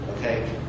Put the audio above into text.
okay